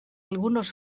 algunos